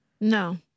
No